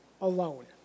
alone